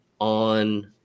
on